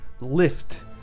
lift